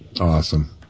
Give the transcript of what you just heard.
Awesome